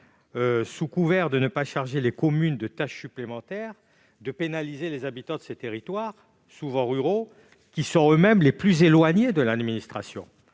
sous couvert de ne pas charger les communes de tâches supplémentaires, de pénaliser les habitants des territoires ruraux, qui sont souvent les plus éloignés de l'administration